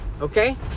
okay